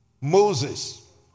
Moses